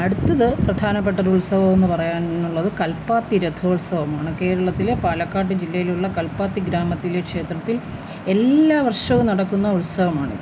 അടുത്തത് പ്രധാനപ്പെട്ടൊരു ഉത്സവമെന്നു പറയാനുള്ളത് കൽപ്പാത്തി രഥോത്സവമാണ് കേരളത്തിലെ പാലക്കാട് ജില്ലയിലുള്ള കൽപ്പാത്തി ഗ്രാമത്തിലെ ക്ഷേത്രത്തിൽ എല്ലാ വർഷവും നടക്കുന്ന ഉത്സവമാണിത്